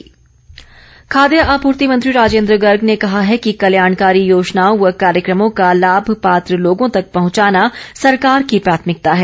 राजेन्द्र गर्ग खाद्य आपूर्ति मंत्री राजेन्द्र गर्ग ने कहा है कि कल्याणकारी योजनाओं व कार्यक्रमों का लाभ पात्र लोगों तक पहुंचाना सरकार की प्राथमिकता है